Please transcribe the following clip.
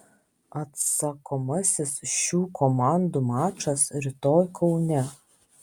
atsakomasis šių komandų mačas rytoj kaune